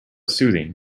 soothing